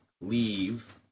leave